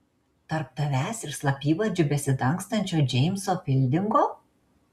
tarp tavęs ir slapyvardžiu besidangstančio džeimso fildingo